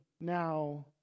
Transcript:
now